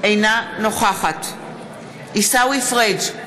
אינה נוכחת עיסאווי פריג'